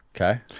Okay